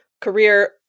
career